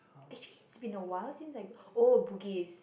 actually it's been awhile since I go oh Bugis